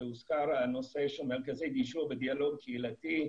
והוזכר גם הנושא של מרכזי גישור ודיאלוג קהילתי,